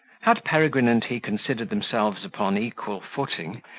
had peregrine and he considered themselves upon equal footing,